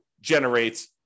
generate